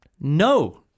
no